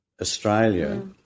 Australia